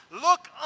Look